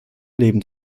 leben